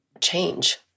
change